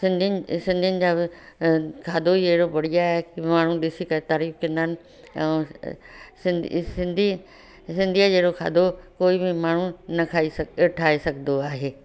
सिंधियुनि सिंधियुनि जा बि खाधो ई हेड़ो बढ़िया आहे कि माण्हू ॾिसी करे तारीफ़ु कंदा आहिनि ऐं सिंधी सिंधी सिंधीअ जेरो खाधो कोई बि माण्हू न खाई ठाहे सघंदो आहे